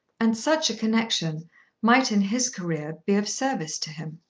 and such a connection might in his career be of service to him.